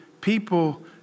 people